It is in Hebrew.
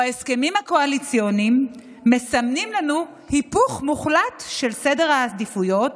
שבו ההסכמים הקואליציוניים מסמנים לנו היפוך מוחלט של סדר העדיפויות